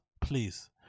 please